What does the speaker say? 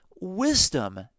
wisdom